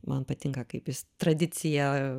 man patinka kaip jis tradiciją